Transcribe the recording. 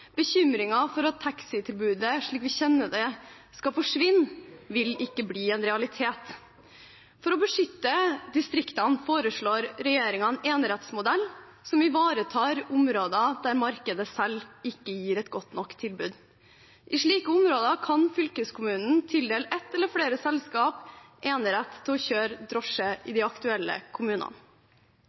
Bekymringen for at taxitilbudet slik vi kjenner det skal forsvinne, vil ikke bli en realitet. For å beskytte distriktene foreslår regjeringen en enerettsmodell som ivaretar områder der markedet selv ikke gir et godt nok tilbud. I slike områder kan fylkeskommunen tildele ett eller flere selskaper enerett til å kjøre drosje i de aktuelle kommunene.